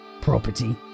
property